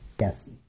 Yes